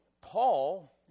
Paul